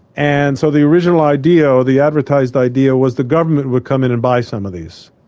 and so the original idea or the advertised idea was the government would come in and buy some of these.